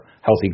healthy